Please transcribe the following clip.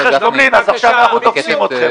שקשורה לרכש גומלין, אז עכשיו אנחנו תופסים אתכם.